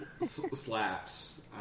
Slaps